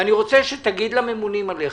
אני רוצה שתגיד לממונים עליך,